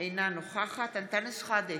אינה נוכחת אנטאנס שחאדה,